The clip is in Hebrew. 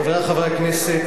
חברי חברי הכנסת,